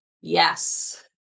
yes